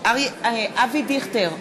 אבי דיכטר,